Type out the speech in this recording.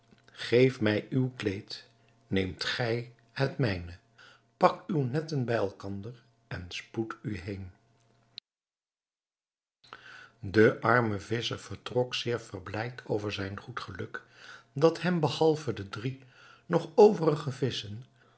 geef mij uw kleed neem gij het mijne pak uwe netten bij elkander en spoed u heen de arme visscher vertrok zeer verblijd over zijn goed geluk dat hem behalve de drie nog overige visschen